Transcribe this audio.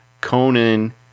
Conan